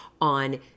on